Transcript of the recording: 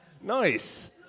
Nice